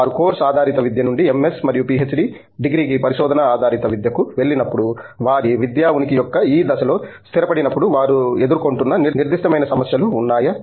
వారు కోర్సు ఆధారిత విద్య నుండి MS మరియు PhD డిగ్రీ కి పరిశోధన ఆధారిత విద్యకు వెళ్ళినప్పుడు వారి విద్యా ఉనికి యొక్క ఈ దశలో స్థిరపడినప్పుడు వారు ఎదుర్కొంటున్న నిర్దిష్ట సమస్యలు ఉన్నాయా